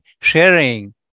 sharing